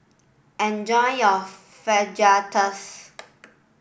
enjoy your Fajitas